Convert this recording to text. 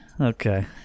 Okay